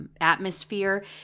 atmosphere